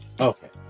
Okay